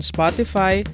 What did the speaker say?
Spotify